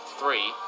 three